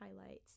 highlights